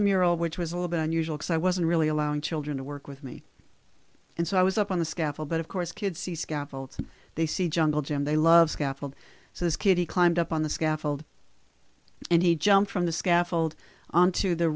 a mural which was a little bit unusual because i wasn't really allowing children to work with me and so i was up on the scaffold but of course kids see scaffolds and they see jungle gym they love scaffold so this kid he climbed up on the scaffold and he jumped from the scaffold onto the